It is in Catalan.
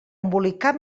embolicar